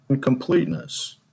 completeness